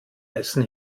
essen